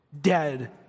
dead